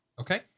Okay